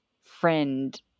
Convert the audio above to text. friend